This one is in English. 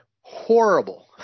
horrible